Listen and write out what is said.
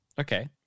Okay